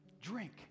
Drink